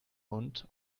mund